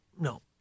no